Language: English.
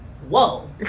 Whoa